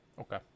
okay